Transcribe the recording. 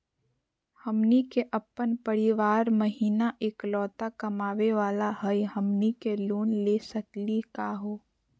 हमनी के अपन परीवार महिना एकलौता कमावे वाला हई, हमनी के लोन ले सकली का हो?